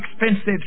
expensive